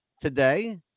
today